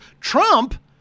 Trump